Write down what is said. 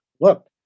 look